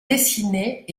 dessinées